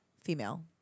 female